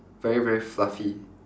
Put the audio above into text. very very fluffy